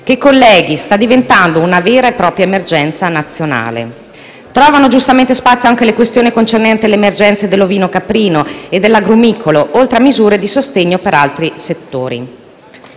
che sta diventando una vera e propria emergenza nazionale. Trovano, giustamente, spazio anche le questioni concernenti le emergenze dell'ovino-caprino e dell'agrumicolo, oltre a misure di sostegno per altri settori.